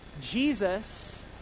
Jesus